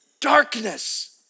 darkness